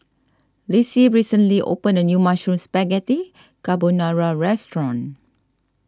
Lissie recently opened a new Mushroom Spaghetti Carbonara restaurant